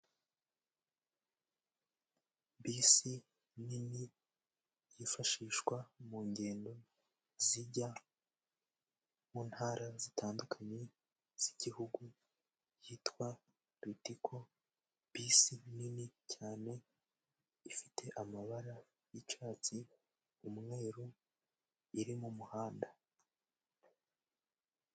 Bisi nini yifashishwa mu ngendo zijya mu ntara zitandukanye z'igihugu yitwa litiko. Bisi nini cyane ifite amabara y'icyatsi, umweru iri mu muhanda.